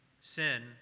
Sin